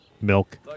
Milk